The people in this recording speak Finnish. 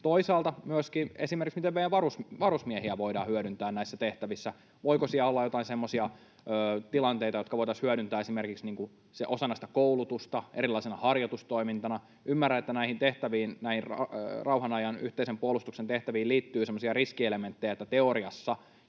Toisaalta myöskin esimerkiksi se, miten meidän varusmiehiä voidaan hyödyntää näissä tehtävissä. Voiko siellä olla joitain semmoisia tilanteita, jotka voitaisiin hyödyntää esimerkiksi osana sitä koulutusta, erilaisena harjoitustoimintana? Ymmärrän, että näihin rauhan ajan yhteisen puolustuksen tehtäviin liittyy semmoisia riskielementtejä, että teoriassa,